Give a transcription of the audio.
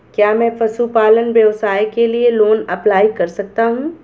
क्या मैं पशुपालन व्यवसाय के लिए लोंन अप्लाई कर सकता हूं?